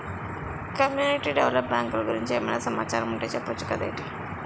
community develop బ్యాంకులు గురించి ఏమైనా సమాచారం ఉంటె చెప్పొచ్చు కదేటి